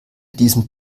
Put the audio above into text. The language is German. diesem